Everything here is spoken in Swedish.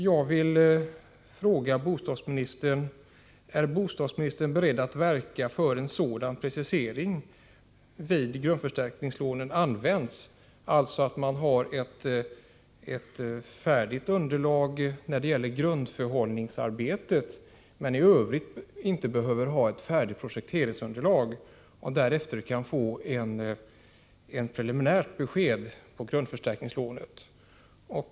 Jag vill fråga bostadsministern: Är bostadsministern beredd att verka för en sådan precisering vid grundförstärkningslånens användning att man skall ha ett färdigt underlag när det gäller grundförhållningsarbetet men i övrigt inte behöver ha ett färdigt projekteringsunderlag för att få ett preliminärt besked beträffande grundförstärkningslånet?